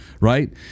right